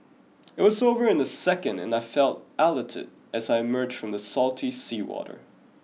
it was over in a second and I felt elated as I emerged from the salty seawater